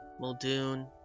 Muldoon